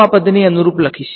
હુ આ પદને અનુરૂપ લખીશ